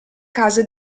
case